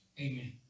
Amen